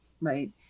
right